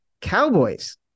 Cowboys